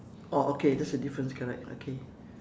orh okay that's a difference correct okay